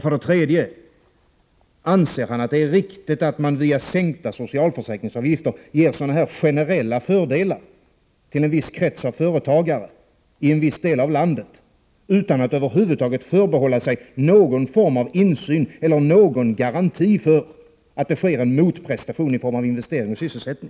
För det tredje: Anser Gustav Persson att det är riktigt att man via sänkta socialförsäkringsavgifter ger sådana här generella fördelar till en viss krets av företagare i en viss del av landet, utan att över huvud taget förbehålla sig någon form av insyn eller utan att ha någon garanti för att det sker en motprestation i form av investering och sysselsättning?